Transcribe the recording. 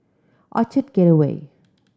Orchard Gateway